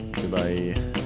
goodbye